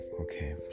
okay